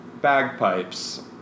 bagpipes